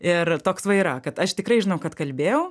ir toks va yra kad aš tikrai žinau kad kalbėjau